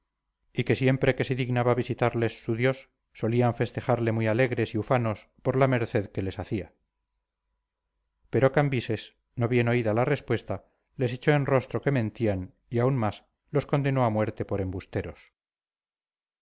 y que siempre que se dignaba visitarles su dios solían festejarle muy alegres y ufanos por la merced que les hacía pero cambises no bien oída la respuesta les echó en rostro que mentían y aun más los condenó a muerte por embusteros